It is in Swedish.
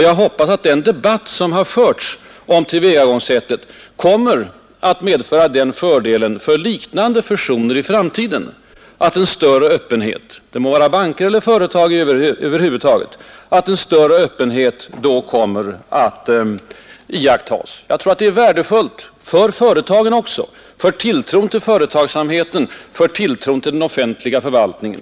Jag hoppas att den debatt som förts om tillvägagångssättet kommer att medföra den fördelen att en större öppenhet kommer att iakttas vid liknande fusioner i framtiden — det må gälla banker eller företag över huvud taget. Jag tror att det är värdefullt att så sker också för företagen, för tilltron till företagsamheten och även för den offentliga förvaltningen.